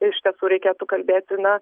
iš tiesų reikėtų kalbėti na